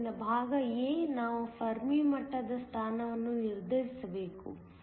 ಆದ್ದರಿಂದ ಭಾಗ a ನಾವು ಫೆರ್ಮಿ ಮಟ್ಟದ ಸ್ಥಾನವನ್ನು ನಿರ್ಧರಿಸಬೇಕು